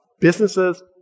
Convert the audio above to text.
businesses